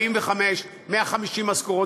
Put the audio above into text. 145, 150 משכורות.